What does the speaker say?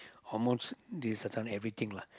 almost this uh this certain everything lah